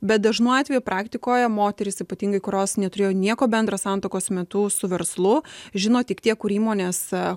bet dažnu atveju praktikoje moterys ypatingai kurios neturėjo nieko bendro santuokos metu su verslu žino tik tiek kur įmonės